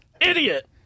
Idiot